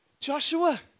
Joshua